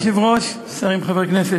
אדוני היושב-ראש, שרים, חברי כנסת,